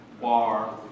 Bar